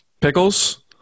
Pickles